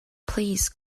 please